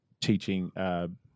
teaching